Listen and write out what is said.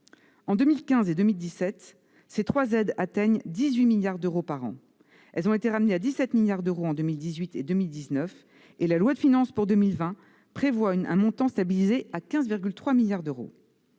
En 2015 et 2017, ces trois aides atteignaient 18 milliards d'euros par an. Elles ont été ramenées à 17 milliards d'euros en 2018 et 2019, et la loi de finances pour 2020 prévoit un montant stabilisé à 15,3 milliards d'euros.